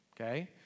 Okay